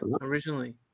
originally